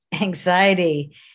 anxiety